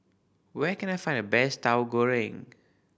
where can I find the best Tahu Goreng